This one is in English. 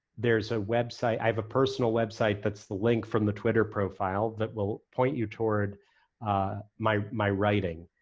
there's a website, i have a personal website that's the link from the twitter profile that will point you toward my my writing,